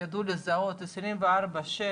יידעו לזהות 24/7,